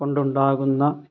കൊണ്ടുണ്ടാകുന്ന